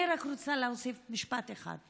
אני רוצה להוסיף רק משפט אחד,